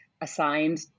assigned